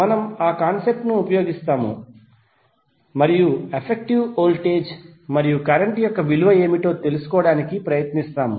మనము ఆ కాన్సెప్ట్ ను ఉపయోగిస్తాము మరియు ఎఫెక్టివ్ వోల్టేజ్ మరియు కరెంట్ యొక్క విలువ ఏమిటో తెలుసుకోవడానికి ప్రయత్నిస్తాము